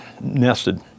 nested